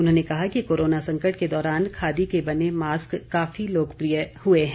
उन्होंने कहा कि कोरोना संकट के दौरान खादी के बने मास्क काफी लोकप्रिय हुए हैं